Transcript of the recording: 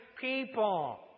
people